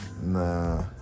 Nah